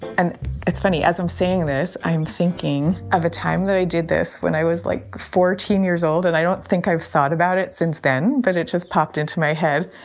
and it's funny as i'm saying this, i am thinking of a time that i did this when i was like fourteen years old. and i don't think i've thought about it since then that but it just popped into my head,